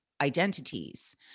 identities